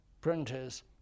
printers